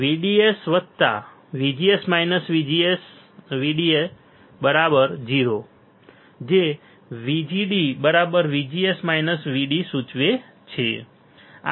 તેથી VDS VGD VGS 0 જે VGD VGS VDS સૂચવે છે